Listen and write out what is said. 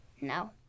No